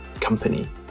company